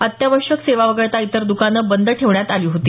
अत्यावश्यक सेवा वगळता इतर द्रकानं बंद ठेवण्यात आली होती